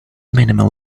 minimal